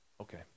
Okay